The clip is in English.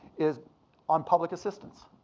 is on public assistance